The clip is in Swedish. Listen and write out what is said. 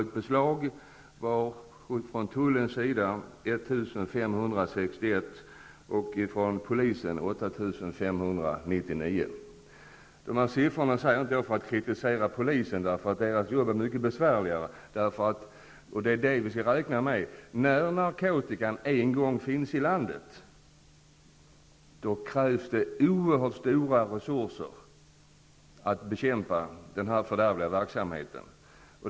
Tullen gjorde 1 561 Dessa siffror nämner inte jag för att kritisera polisen. Deras arbete är mycket besvärligare, och det måste vi räkna med. När narkotikan en gång finns i landet krävs det oerhört stora resurser för att bekämpa denna fördärvliga verksamhet.